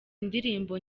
ndirimbo